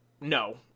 No